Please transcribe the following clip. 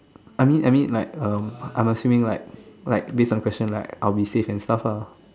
I mean I mean like um I'm assuming like like based on question like I will be safe and stuff lah